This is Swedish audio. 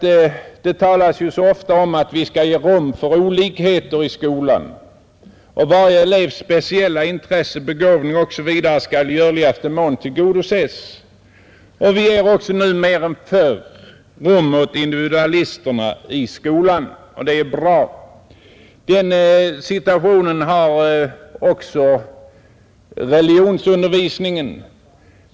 Det talas ju ofta om att vi skall ge rum för olikheter i skolan. Varje elevs speciella intressen, begåvning osv. skall i görligaste mån tillgodoses. Vi ger också mer än förr rum för individualisterna i skolan, och det är bra. Den situationen gäller också för religionsundervisningen.